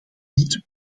niet